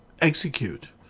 execute